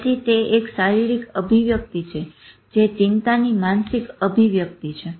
તેથી તે એક શારીરિક અભિવ્યક્તિ છે જે ચિંતાની માનસીક અભિવ્યક્તિ છે